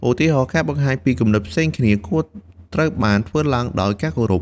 ឧទាហរណ៍ ការបង្ហាញពីគំនិតផ្សេងគ្នា គួរត្រូវបានធ្វើឡើងដោយការគោរព ។